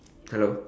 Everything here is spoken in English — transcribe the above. hello